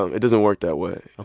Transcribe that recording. um it doesn't work that way.